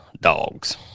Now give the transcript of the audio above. dogs